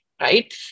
right